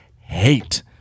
hate